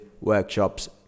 workshops